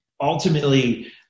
ultimately